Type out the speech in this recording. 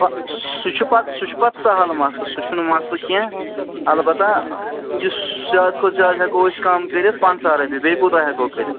پا سُہ چھُ پَتہٕ سُہ چھُ پَتہٕ سہل مَسلہٕ سُہ چھُنہٕ مَسلہٕ کیٚنٛہہ البتہٕ یُس زیادٕ کھۄتہٕ زیادٕ ہٮ۪کو أسۍ کَم کٔرِتھ پنٛژاہ رۄپیہِ بیٚیہِ کوٗتاہ ہٮ۪کو کٔرِتھ